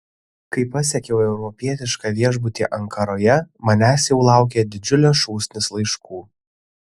kai pasiekiau europietišką viešbutį ankaroje manęs jau laukė didžiulė šūsnis laiškų